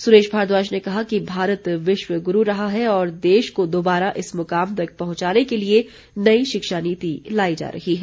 सुरेश भारद्वाज ने कहा कि भारत विश्व गुरू रहा है और देश को दोबारा इस मुकाम तक पहुंचाने के लिए नई शिक्षा नीति लाई जा रही है